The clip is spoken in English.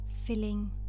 filling